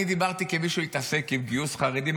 אני דיברתי כמי שהתעסק בגיוס חרדים.